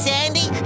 Sandy